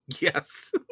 Yes